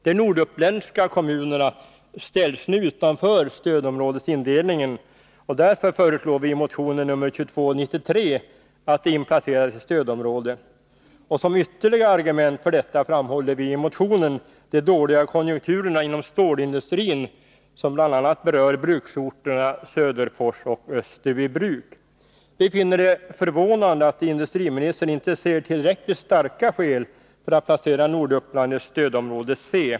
De norduppländska kommunerna ställs nu utanför stödområdesindelningen, och därför föreslår vi i motionen nr 2293 att de inplaceras i stödområde. Som ytterligare argument för detta framhåller vi i motionen de dåliga konjunkturerna inom stålindustrin som bl.a. berör bruksorterna Söderfors och Österbybruk. Vi finner det förvånande att industriministern inte ser tillräckligt starka skäl för att placera Norduppland i stödområde C.